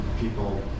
people